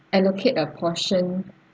allocate a portion